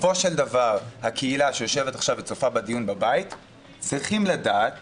בסופו של דבר אנשי הקהילה שיושבים עכשיו וצופים בדיון בבית צריכים לדעת